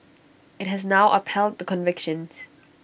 IT has now upheld the convictions